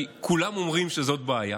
כי כולם אומרים שזאת בעיה,